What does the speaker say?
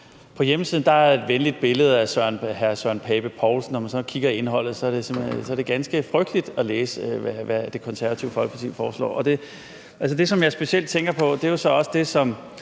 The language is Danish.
På hjemmesiden er der et billede af en venlig hr. Søren Pape Poulsen, men når man så kigger på indholdet, er det ganske frygteligt at læse, hvad Det Konservative Folkeparti foreslår. Det, som jeg specielt tænker på, er det, som